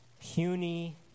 puny